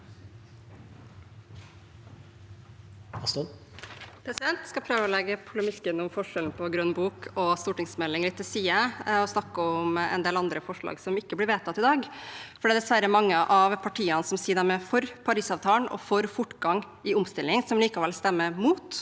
Jeg skal prøve å legge polemikken om forskjellen på Grønn bok og en stortingsmelding litt til side og snakke om en del andre forslag som ikke blir vedtatt i denne saken. Det er dessverre mange av partiene som sier de er for Parisavtalen og for fortgang i omstillingen, som likevel stemmer mot